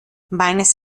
meines